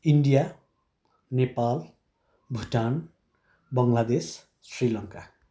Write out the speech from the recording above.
India Nepal Bhutan Bangladesh Sri Lanka